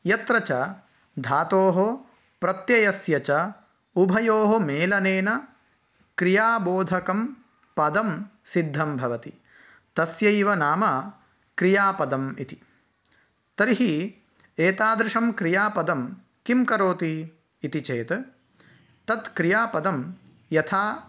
यत्र च धातोः प्रत्ययस्य च उभयोः मेलनेन क्रियाबोधकं पदं सिद्धं भवति तस्यैव नाम क्रियापदम् इति तर्हि एतादृशं क्रियापदं किं करोति इति चेत् तत् क्रियापदं यथा